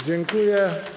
Dziękuję.